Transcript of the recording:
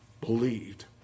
believed